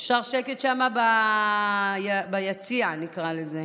אפשר שקט שם, ביציע, נקרא לזה?